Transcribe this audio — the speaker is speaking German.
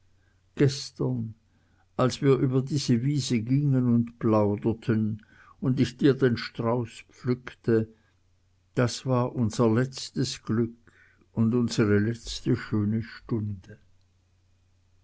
gestern als wir über die wiese gingen und plauderten und ich dir den strauß pflückte das war unser letztes glück und unsere letzte schöne stunde